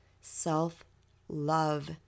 self-love